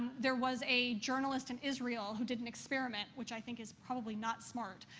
there was a journalist in israel who did an experiment, which i think is probably not smart,